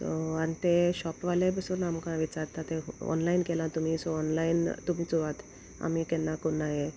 so आनी ते शॉपवाले बसून आमकां विचारता तें ऑनलायन केला तुमी सो ऑनलायन तुमी चोवात आमी कोन्ना ये